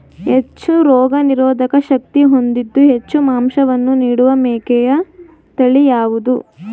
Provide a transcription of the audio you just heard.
ಹೆಚ್ಚು ರೋಗನಿರೋಧಕ ಶಕ್ತಿ ಹೊಂದಿದ್ದು ಹೆಚ್ಚು ಮಾಂಸವನ್ನು ನೀಡುವ ಮೇಕೆಯ ತಳಿ ಯಾವುದು?